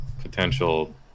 potential